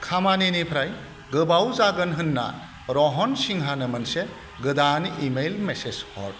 खामानिनिफ्राय गोबाव जागोन होनना रहन सिंहानो मोनसे गोदान इमेइल मेसेज हर